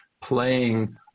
playing